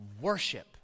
worship